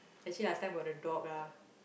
actually last time got the dog ah